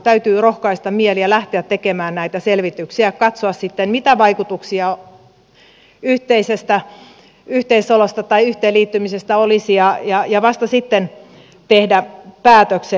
täytyy rohkaista mieli ja lähteä tekemään näitä selvityksiä ja katsoa mitä vaikutuksia yhteisestä yhteiselosta tai yhteen liittymisestä olisi ja vasta sitten tehdä päätökset